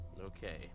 Okay